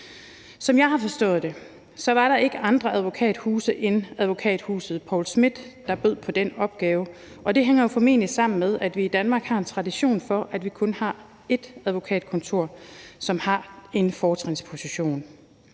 Som jeg har forstået det, var der ikke andre advokathuse end advokathuset Poul Schmith, der bød på den opgave, og det hænger formentlig sammen med, at vi i Danmark har en tradition for, at vi kun har ét advokatkontor, som har en fortrinsposition.